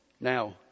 Now